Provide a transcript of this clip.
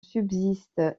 subsiste